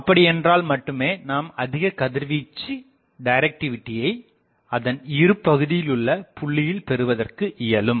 அப்படியென்றால் மட்டுமே நாம் அதிகக் கதிர்வீச்சு டிரக்டிவிட்டியை அதன் இருபகுதியில் உள்ள புள்ளியில் பெறுவதற்க்கு இயலும்